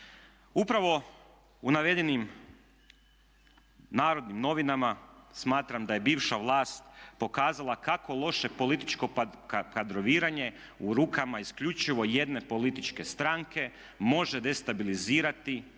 Upravo u navedenim Narodnim novinama smatram da je bivša vlast pokazala kako loše političko kadroviranje u rukama isključivo jedne političke stranke može destabilizirati